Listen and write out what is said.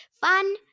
fun